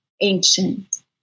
ancient